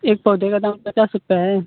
एक पौधे का दाम पचास रुपये है